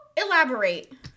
elaborate